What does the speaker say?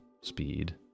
speed